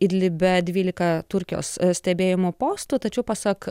idlibe dvylika turkijos stebėjimo postų tačiau pasak